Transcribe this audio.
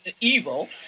evil